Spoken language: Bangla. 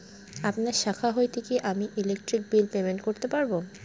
আপনার শাখা হইতে আমি কি ইলেকট্রিক বিল পেমেন্ট করতে পারব?